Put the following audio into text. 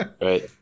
right